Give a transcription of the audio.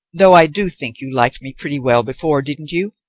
though i do think you liked me pretty well before, didn't you?